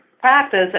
practice